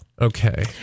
Okay